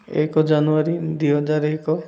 ଏକ ଜାନୁଆରୀ ଦୁଇ ହଜାର ଏକ